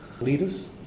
leaders